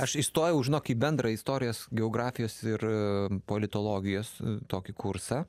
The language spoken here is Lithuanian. aš įstojau žinok į bendrą istorijos geografijos ir politologijos tokį kursą